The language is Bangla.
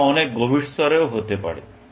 তারা অনেক গভীর স্তরেও ঘটতে পারে